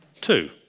two